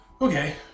Okay